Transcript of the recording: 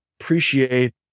appreciate